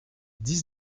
dix